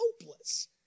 hopeless